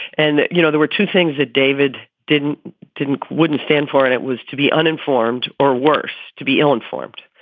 and, you know, there were two things that david didn't didn't wouldn't stand for. and it was to be uninformed or worse, to be ill informed.